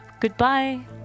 Goodbye